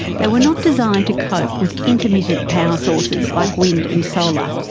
they were not designed to cope with intermittent power sources like wind and solar.